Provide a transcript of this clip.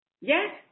Yes